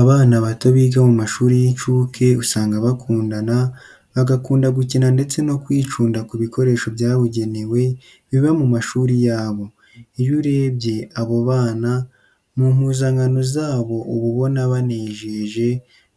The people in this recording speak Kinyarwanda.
Abana bato biga mu mashuri y'incuke usanga bakundana, bagakunda gukina ndetse no kwicunda ku bikoresho byabugenewe biba ku mashuri yabo. Iyo urebye abo bana mu mpuzankano zabo uba ubona banejeje